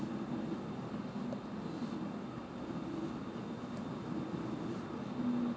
I think currently I got I got some some primogems already but I just need another three hund~ three more extra I think three hundred three hundred more